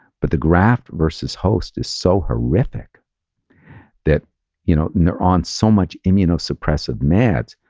but the graft versus host is so horrific that you know and they're on so much immunosuppressive meds.